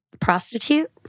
prostitute